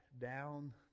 down